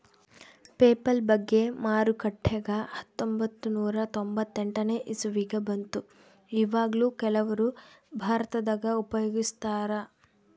PayPal ಬಗ್ಗೆ ಮಾರುಕಟ್ಟೆಗ ಹತ್ತೊಂಭತ್ತು ನೂರ ತೊಂಬತ್ತೆಂಟನೇ ಇಸವಿಗ ಬಂತು ಈವಗ್ಲೂ ಕೆಲವರು ಭಾರತದಗ ಉಪಯೋಗಿಸ್ತರಾ